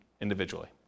individually